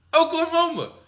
Oklahoma